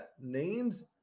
names